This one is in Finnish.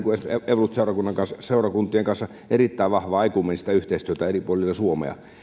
evankelisluterilainen seurakuntien kanssa erittäin vahvaa ekumeenista yhteistyötä eri puolilla suomea